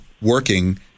working